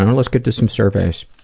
and let's get to some surveys.